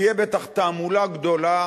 תהיה בטח תעמולה גדולה,